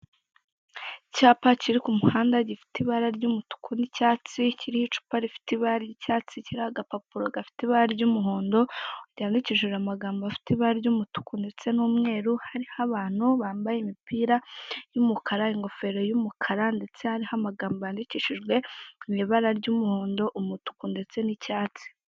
Icyapa kiri ku muhanda gifite ibara ry'umutuku n'icyatsi, kiriho icupa rifite ibara ry'icyatsi, kiriho agapapuro gafite ry'umuhondo yandikishije amagambo afite ibara ry'umutuku ndetse n'umweru, hariho abantu bambaye imipira y'umukara, ingofero y'umukara ndetse hariho amagambo yandikishijwe mu ibara ry'umuhondo, umutuku, ndetse n'icyatsi.